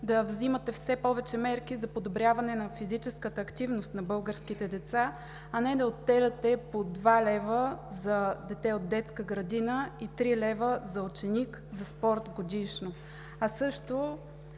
да взимате все повече мерки за подобряване на физическата активност на българските деца, а не да отделяте по 2 лв. за дете от детска градина и 3 лв. за ученик за спорт годишно, а също